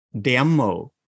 demo